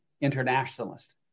internationalist